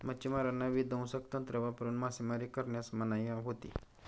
मच्छिमारांना विध्वंसक तंत्र वापरून मासेमारी करण्यास मनाई होती